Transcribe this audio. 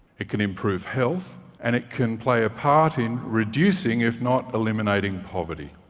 it can improve health and it can play a part in reducing, if not eliminating, poverty.